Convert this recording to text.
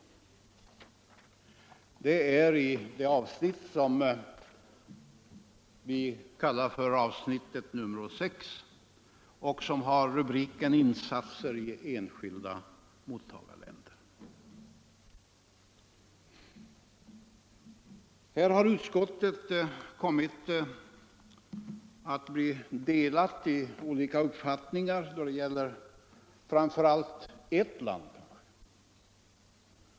Dessa frågor behandlas under punkten 6 i betänkandet som har rubriken Insatser i enskilda mottagarländer. Här har utskottet kommit att bli delat i olika uppfattningar då det gäller framför allt ett land.